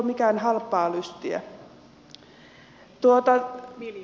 ei ole mitään halpaa lystiä